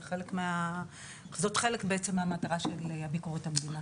זה חלק מהמטרה של ביקורת המדינה.